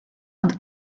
und